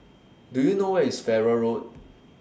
Do YOU know Where IS Farrer Road